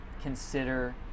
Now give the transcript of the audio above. consider